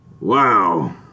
Wow